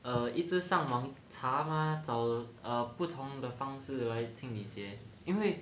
err 一直上网查 mah 找 err 不同的方式来清理鞋因为